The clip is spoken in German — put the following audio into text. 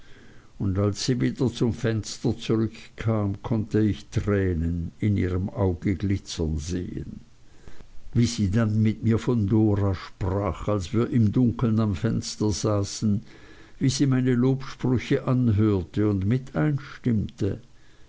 und als sie wieder zum fenster zurückkehrte konnte ich tränen in ihrem auge glitzern sehen wie sie dann mit mir von dora sprach als wir im dunkeln am fenster saßen wie sie meine lobsprüche anhörte und